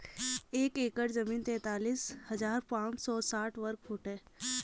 एक एकड़ जमीन तैंतालीस हजार पांच सौ साठ वर्ग फुट है